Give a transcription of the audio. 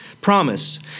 promise